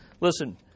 Listen